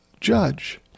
judge